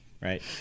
right